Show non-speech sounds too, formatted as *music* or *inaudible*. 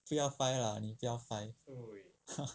不要 bai lah 你不要 *laughs*